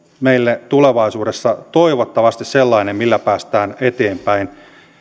meille tulevaisuudessa toivottavasti sellainen millä päästään eteenpäin